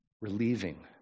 relieving